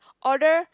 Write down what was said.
order